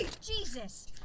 Jesus